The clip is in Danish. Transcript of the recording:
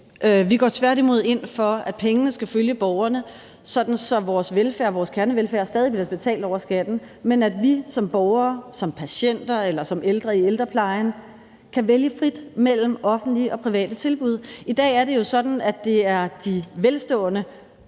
Vi går tværtimod ind for, at pengene skal følge borgerne, sådan at vores velfærd, vores kernevelfærd, stadig væk bliver betalt over skatten, men at vi som borgere, som patienter eller som ældre i ældreplejen kan vælge frit mellem offentlige og private tilbud. I dag er det jo sådan, at det er de velstående